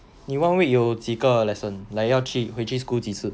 你 one week 有几个 lesson like 要去回去 school 几次